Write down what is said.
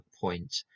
point